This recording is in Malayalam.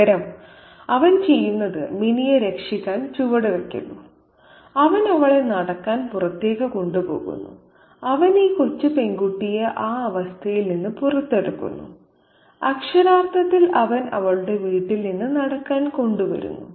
പകരം അവൻ ചെയ്യുന്നത് മിനിയെ രക്ഷിക്കാൻ ചുവടുവെക്കുന്നു അവൻ അവളെ നടക്കാൻ പുറത്തേക്ക് കൊണ്ടുപോകുന്നു അവൻ ഈ കൊച്ചു പെൺകുട്ടിയെ ആ അവസ്ഥയിൽ നിന്ന് പുറത്തെടുക്കുന്നു അക്ഷരാർത്ഥത്തിൽ അവൻ അവളെ വീട്ടിൽ നിന്ന് നടക്കാൻ കൊണ്ടുവരുന്നു